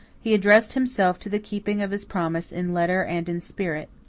he addressed himself to the keeping of his promise in letter and in spirit.